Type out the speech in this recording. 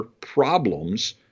problems